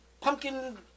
pumpkin